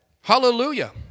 Hallelujah